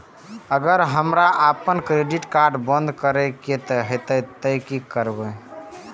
अगर हमरा आपन क्रेडिट कार्ड बंद करै के हेतै त की करबै?